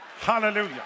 hallelujah